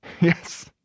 Yes